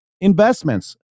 investments